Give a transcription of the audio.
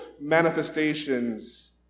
manifestations